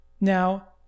Now